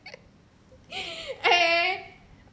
eh